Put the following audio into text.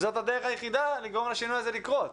זאת הדרך היחידה לגרום לשינוי הזה לקרות.